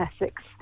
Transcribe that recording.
Essex